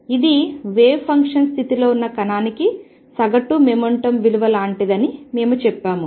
ఇది wave function స్థితిలో ఉన్న కణానికి సగటు మొమెంటం విలువ లాంటిదని మేము చెప్పాము